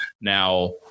now